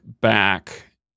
back